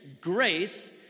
grace